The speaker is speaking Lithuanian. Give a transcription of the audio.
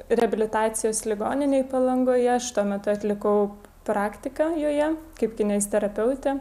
reabilitacijos ligoninėj palangoje aš tuo metu atlikau praktiką joje kaip kineziterapeutė